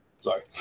Sorry